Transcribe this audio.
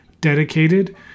dedicated